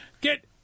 Get